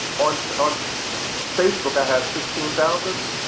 on on facebook, i have sixteen thousand.